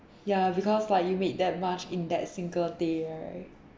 ya because like you made that much in that single day right